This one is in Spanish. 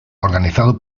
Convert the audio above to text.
organizado